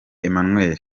emmanuel